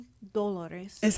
dólares